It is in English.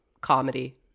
comedy